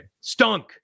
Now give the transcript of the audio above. Stunk